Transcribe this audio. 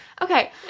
Okay